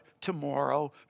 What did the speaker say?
tomorrow